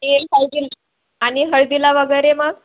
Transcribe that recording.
ते हळदीला आणि हळदीला वगैरे मग